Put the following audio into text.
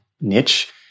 niche